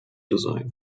design